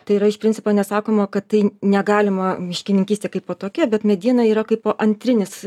tai yra iš principo nesakoma kad tai negalima miškininkystė kaipo tokia bet mediena yra kaipo antrinis